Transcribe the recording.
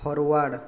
forward